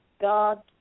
God